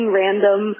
random